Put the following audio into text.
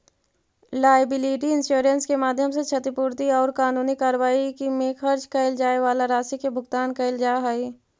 liability insurance के माध्यम से क्षतिपूर्ति औउर कानूनी कार्रवाई में खर्च कैइल जाए वाला राशि के भुगतान कैइल जा हई